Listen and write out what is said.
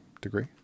degree